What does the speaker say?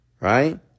right